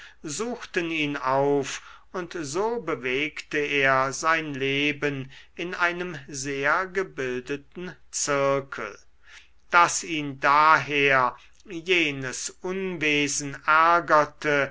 suchten ihn auf und so bewegte er sein leben in einem sehr gebildeten zirkel daß ihn daher jenes unwesen